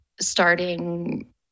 starting